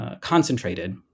concentrated